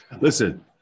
Listen